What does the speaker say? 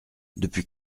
depuis